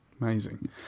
Amazing